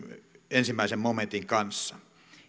ensimmäisen momentin kanssa